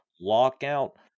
Lockout